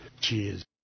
Cheers